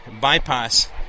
bypass